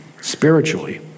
spiritually